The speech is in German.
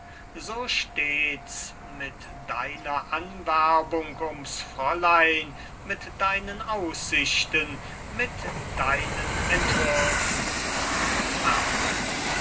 so stehts mit deiner anwerbung um's fräulein mit deinen aussichten mit deinen entwürfen herrmann